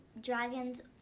dragons